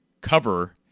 cover